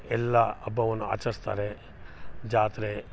ಎಲ್ಲಾ ಹಬ್ಬವನ್ನು ಆಚರ್ಸ್ತಾರೆ ಜಾತ್ರೆ